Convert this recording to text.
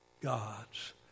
God's